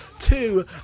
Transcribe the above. Two